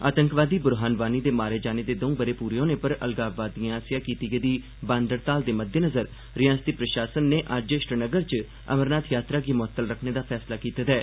आतंकवादी बुरहान वानी दे मारे जाने दे दौं ब'रे पूरे पर अलगाववादिए आसेआ कीती गेदी बंद हड़ताल दे मद्देनज़र रिआसती प्रशासन नै अज्ज श्रीनगर च अमरनाथ यात्रा गी मुअत्तल रक्खने दा फैसला कीते दा ऐ